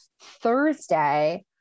Thursday